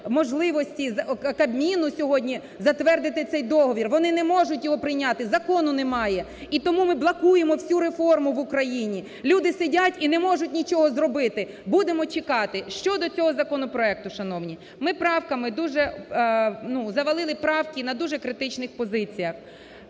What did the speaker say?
можливості Кабміну сьогодні затвердити цей договір, вони не можуть його прийняти, закону немає. І тому ми блокуємо всю реформу в Україні, люди сидять і не можуть нічого зробити, будемо чекати… Щодо цього законопроекту, шановні, ми правками дуже… завалили правки на дуже критичних позиціях.